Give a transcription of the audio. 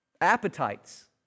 Appetites